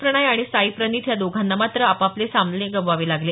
प्रणय आणि साई प्रनीथ या दोघांना मात्र आपापले सामने गमवावे लागले